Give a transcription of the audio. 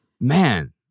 Man